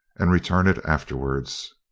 and return it afterwards.